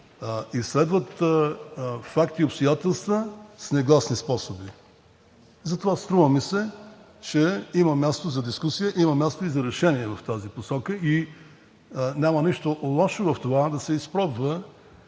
изследват факти и обстоятелства с негласни способи. Затова струва ми се, че има място за дискусия, има място и за решение в тази посока и няма нищо лошо в това да се изпробва,